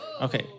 Okay